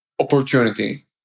opportunity